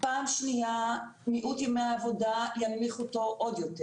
פעם שניה מיעוט ימי העבודה ינמיך אותו עוד יותר